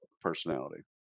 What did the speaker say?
personality